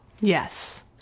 Yes